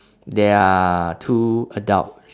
there are two adults